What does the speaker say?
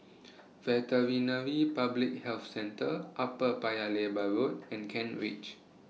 Veterinary Public Health Centre Upper Paya Lebar Road and Kent Ridge